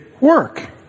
work